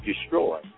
destroy